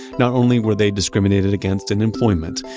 not only were they discriminated against in employment,